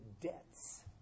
debts